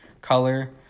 color